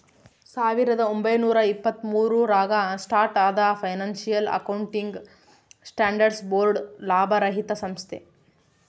ಸಾವಿರದ ಒಂಬೈನೂರ ಎಪ್ಪತ್ತ್ಮೂರು ರಾಗ ಸ್ಟಾರ್ಟ್ ಆದ ಫೈನಾನ್ಸಿಯಲ್ ಅಕೌಂಟಿಂಗ್ ಸ್ಟ್ಯಾಂಡರ್ಡ್ಸ್ ಬೋರ್ಡ್ ಲಾಭರಹಿತ ಸಂಸ್ಥೆ